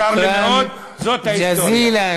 צר לי מאוד, זאת ההיסטוריה.